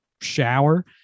shower